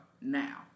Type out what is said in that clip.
now